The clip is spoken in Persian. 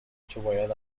توباید